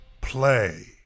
play